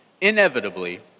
inevitably